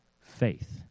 faith